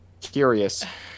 Curious